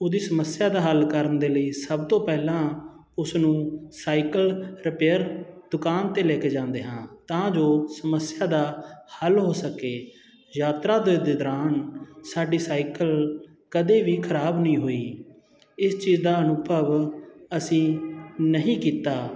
ਉਹਦੀ ਸਮੱਸਿਆ ਦਾ ਹੱਲ ਕਰਨ ਦੇ ਲਈ ਸਭ ਤੋਂ ਪਹਿਲਾਂ ਉਸ ਨੂੰ ਸਾਈਕਲ ਰਿਪੇਅਰ ਦੁਕਾਨ 'ਤੇ ਲੈ ਕੇ ਜਾਂਦੇ ਹਾਂ ਤਾਂ ਜੋ ਸਮੱਸਿਆ ਦਾ ਹੱਲ ਹੋ ਸਕੇ ਯਾਤਰਾ ਦੇ ਦੇ ਦੌਰਾਨ ਸਾਡੀ ਸਾਈਕਲ ਕਦੇ ਵੀ ਖਰਾਬ ਨਹੀਂ ਹੋਈ ਇਸ ਚੀਜ਼ ਦਾ ਅਨੁਭਵ ਅਸੀਂ ਨਹੀਂ ਕੀਤਾ